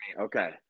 Okay